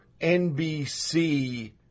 NBC